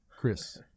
chris